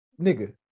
nigga